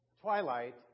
Twilight